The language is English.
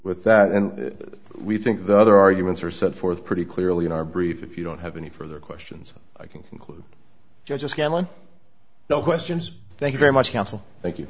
with that and we think the other arguments are set forth pretty clearly in our brief if you don't have any further questions i can conclude just gallant no questions thank you very much counsel thank you